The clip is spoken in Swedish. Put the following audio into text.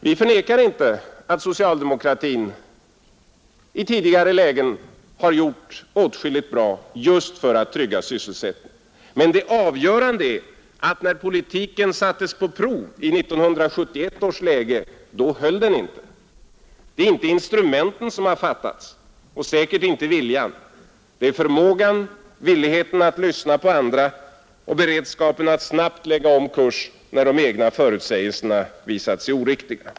Vi förnekar inte att socialdemokratin i tidigare lägen har gjort åtskilligt just för att trygga sysselsättningen, men det avgörande är att när politiken sattes på prov i 1971 års läge, då höll den inte. Det är inte instrumenten som fattats och säkert inte viljan — det är förmågan, villigheten att lyssna på andra och beredskapen att snabbt lägga om kurs när de egna förutsägelserna visat sig oriktiga.